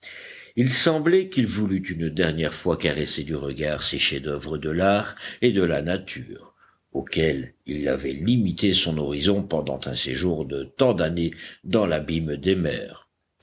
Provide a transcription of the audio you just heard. il semblait qu'il voulût une dernière fois caresser du regard ces chefs-d'oeuvre de l'art et de la nature auxquels il avait limité son horizon pendant un séjour de tant d'années dans l'abîme des mers